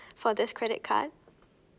for this credit card